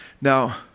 Now